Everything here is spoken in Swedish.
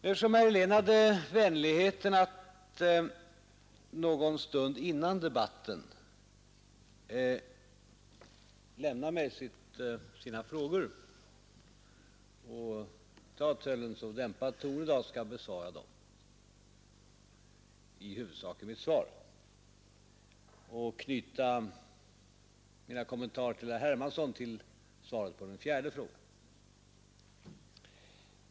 Eftersom herr Helén hade vänligheten att någon stund innan debatten lämna mig sina frågor och eftersom han talade i så dämpad ton i dag, skall jag i huvudsak besvara dem och samtidigt knyta mina kommentarer till herr Hermansson till svaret på den fjärde frågan.